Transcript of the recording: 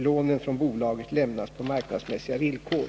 Lånen från bolaget lämnas på marknadsmässiga villkor.